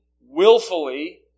willfully